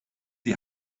die